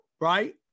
right